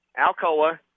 Alcoa